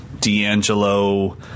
D'Angelo